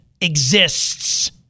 exists